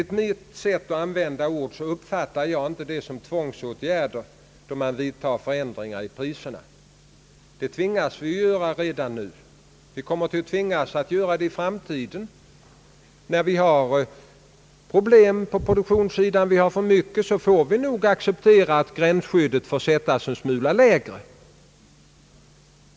Med mitt sätt att använda ord uppfattar jag det inte, herr Eskilsson, som någon tvångsåtgärd då man ändrar priserna. Det tvingas vi göra redan nu, och vi blir tvingade att göra det i framtiden. När vi har en överskottsproduktion får vi nog acceptera att gränsskyddet sätts litet grand lägre.